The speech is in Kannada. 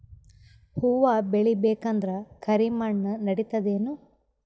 ಹುವ ಬೇಳಿ ಬೇಕಂದ್ರ ಕರಿಮಣ್ ನಡಿತದೇನು?